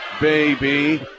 baby